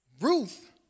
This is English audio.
Ruth